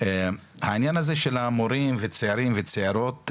העניין הזה של המורים וצעירים וצעירות,